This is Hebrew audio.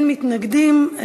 אין מתנגדים.